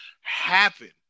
happen